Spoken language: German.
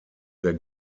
der